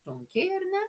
sunkiai ar ne